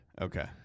okay